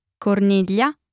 Corniglia